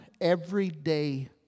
everyday